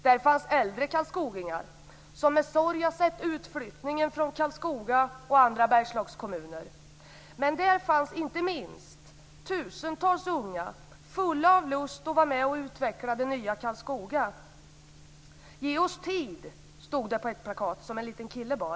Där fanns äldre karlskogingar som med sorg har sett utflyttningen från Karlskoga och andra Bergslagskommuner. Och där fanns inte minst tusentals unga, fulla av lust att vara med och utveckla det nya Karlskoga. Ge oss tid, stod det på ett plakat som en liten kille bar.